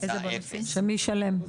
מי ישלם?